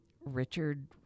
Richard